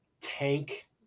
tank